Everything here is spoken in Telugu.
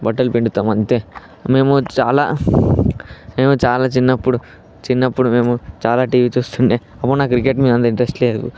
బట్టలు పిండుతాం అంతే మేము చాలా మేము చాలా చిన్నప్పుడు చిన్నప్పుడు మేము చాలా టీవీ చూస్తుండే అప్పుడు నాకు క్రికెట్ మీద అంత ఇంట్రెస్ట్ లేదు